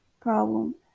problem